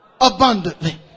abundantly